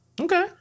Okay